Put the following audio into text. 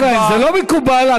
אורן, זה לא מקובל.